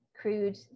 crude